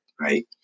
Right